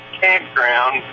campground